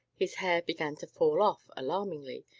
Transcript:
his hair began to fall off alarmingly,